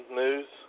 news